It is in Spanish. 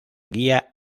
guía